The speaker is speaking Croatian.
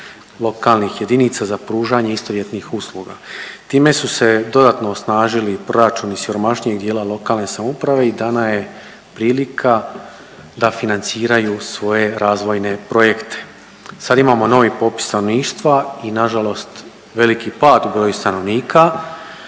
lokalnih jedinica za pružanje istovjetnih usluga. Time su se dodatno osnažili proračuni siromašnijeg dijela lokalne samouprave i dana je prilika da financiraju svoje razvojne projekte. Sad imamo novi popis stanovništva i na žalost veliki pad u broju stanovnika,